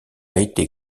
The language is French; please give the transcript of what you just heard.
été